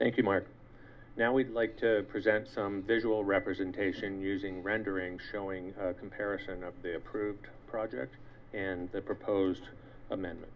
thank you mike now we'd like to present some visual representation using rendering showing comparison f d a approved projects and the proposed amendment